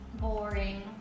Boring